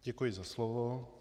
Děkuji za slovo.